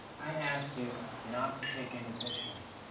i asked you not to take any pictures.